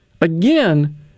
again